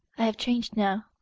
i have changed now.